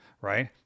right